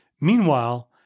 Meanwhile